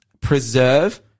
preserve